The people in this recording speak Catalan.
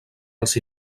els